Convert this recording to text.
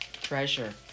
treasure